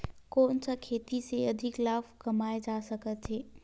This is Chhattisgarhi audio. कोन सा खेती से अधिक लाभ कमाय जा सकत हे?